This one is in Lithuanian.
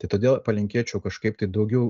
tai todėl palinkėčiau kažkaip tai daugiau